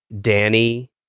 Danny